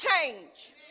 change